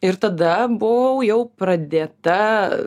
ir tada buvau jau pradėta